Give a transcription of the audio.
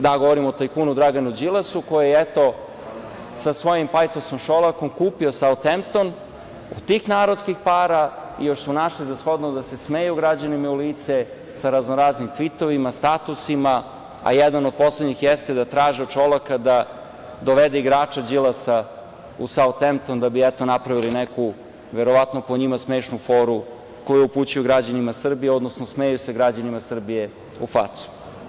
Da, govorim o tajkunu Draganu Đilasu koji je, eto, sa svojim pajtosom Šolakom kupio Sautempton od tih narodskih para, još su našli za shodno da se smeju građanima u lice sa raznoraznim tvitovima, statusima, a jedan od poslednjih jeste da traže od Šolaka da dovede igrača Đilasa u Sautempton da bi napravili neku verovatno po njima smešnu foru koju upućuju građanima Srbije, odnosno smeju se građanima Srbije u facu.